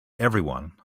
everyone